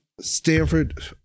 Stanford